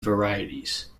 varieties